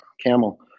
Camel